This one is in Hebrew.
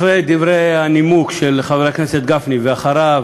אחרי דברי הנימוק של חבר הכנסת גפני, ואחריו